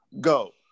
go